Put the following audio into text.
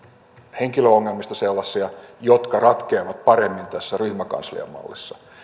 henkilöongelmista sellaisia jotka ratkeavat paremmin tässä ryhmäkansliamallissa